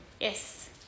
Yes